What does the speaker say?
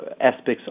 aspects